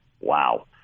Wow